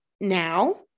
now